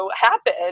happen